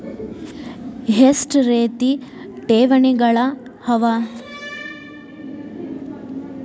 ಎಷ್ಟ ರೇತಿ ಠೇವಣಿಗಳ ಅವ?